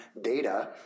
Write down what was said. data